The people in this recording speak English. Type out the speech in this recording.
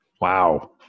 Wow